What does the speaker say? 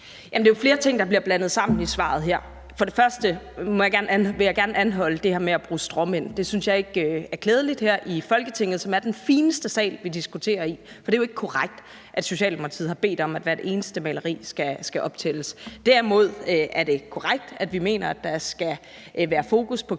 det er jo flere ting, der bliver blandet sammen i svaret her. Først vil jeg gerne anholde det her med at bruge stråmænd. Det synes jeg ikke er klædeligt her i Folketinget, som er den fineste sal, vi diskuterer i. For det er jo ikke korrekt, at Socialdemokratiet har bedt om, at hvert eneste maleri skal optælles. Derimod er det korrekt, at vi mener, at der skal være fokus på kvinders